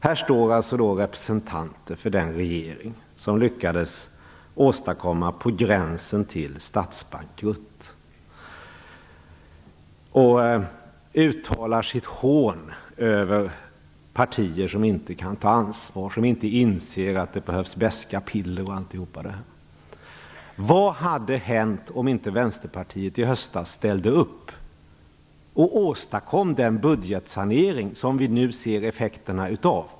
Här står alltså representanter för den regering som lyckades åstadkomma på gränsen till statsbankrutt och uttalar sitt hån över partier som inte kan ta ansvar, som inte inser att det behövs beska piller och allt detta. Vad hade hänt om inte Vänsterpartiet i höstas hade ställt upp och åstadkommit den budgetsanering som vi nu ser effekterna av?